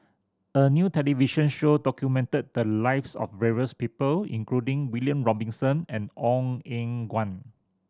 a new television show documented the lives of various people including William Robinson and Ong Eng Guan